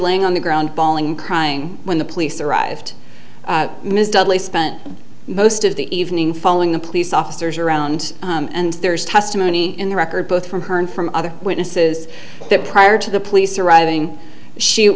laying on the ground bawling and crying when the police arrived ms dudley spent most of the evening following the police officers around and there is testimony in the record both from her and from other witnesses that prior to the police arriving she